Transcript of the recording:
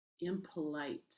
impolite